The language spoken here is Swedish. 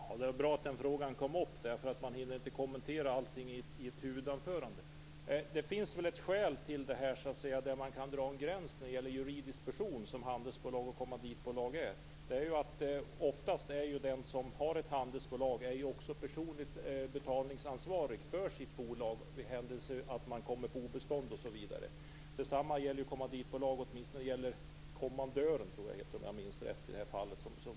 Herr talman! Det var bra att den frågan kom upp. Man hinner inte kommentera allting i ett huvudanförande. Det finns ett skäl till det här. Man kan så att säga dra en gräns när det gäller juridisk person, som handelsbolag och kommanditbolag är. Det är att den som har ett handelsbolag oftast också är personligt betalningsansvarig för sitt bolag i händelse av att det kommer på obestånd. Detsamma gäller kommanditbolag, åtminstone när det gäller kommanditären.